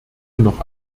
noch